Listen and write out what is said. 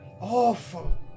awful